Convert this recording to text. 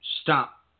stop